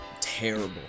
terrible